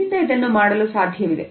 ನಿನ್ನಿಂದ ಇದನ್ನು ಮಾಡಲು ಸಾಧ್ಯವಿದೆ